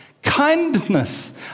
kindness